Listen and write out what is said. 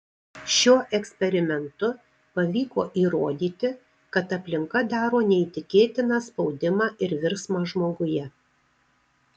šiuo eksperimentu pavyko įrodyti kad aplinka daro neįtikėtiną spaudimą ir virsmą žmoguje